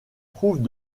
trouvent